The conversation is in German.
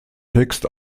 text